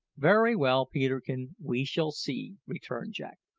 very well, peterkin, we shall see, returned jack,